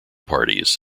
parties